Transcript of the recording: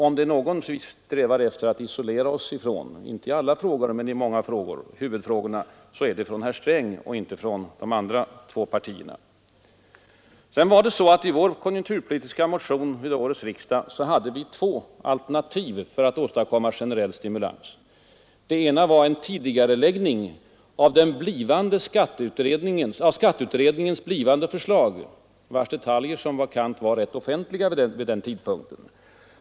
Om det är någon vi strävar efter att isolera oss ifrån — inte i alla frågor men i många — så är det från herr Strängs parti och inte från de andra två partierna. I vår konjunkturpolitiska motion till årets riksdag hade vi två alternativ för att åstadkomma generell stimulans. Det ena var en tidigareläggning av skatteutredningens blivande förslag, vars detaljer var rätt väl kända vid den tidpunkt då motionen väcktes.